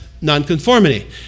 nonconformity